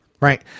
right